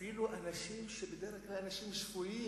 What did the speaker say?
אפילו אנשים שבדרך כלל הם אנשים שפויים.